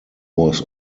was